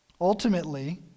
Ultimately